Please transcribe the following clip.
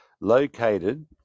located